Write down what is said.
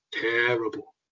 terrible